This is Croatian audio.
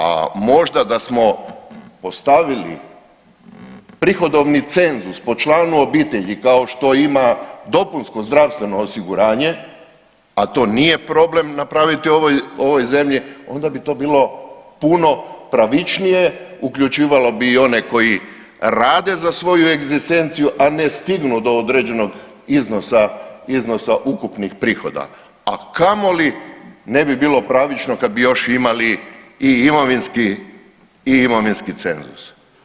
A možda da smo ostavili prihodovni cenzus po članu obitelji kao što ima dopunsko zdravstveno osiguranje, a to nije problem napraviti u ovoj, u ovoj zemlji, onda bi to bilo puno pravičnije, uključivalo bi i one koji rade za svoju egzistenciju, a ne stignu do određenog iznosa, iznosa ukupnih prihoda, a kamoli ne bi bilo pravično kad bi još imali i imovinski i imovinski cenzus.